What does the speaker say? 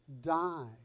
die